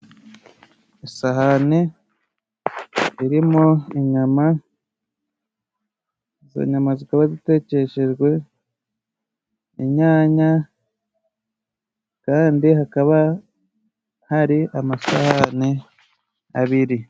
Isahani irimo inyama, izo nyama zikaba zitekeshejwe inyanya ,kandi hakaba hari amasahani abiri.